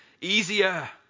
Easier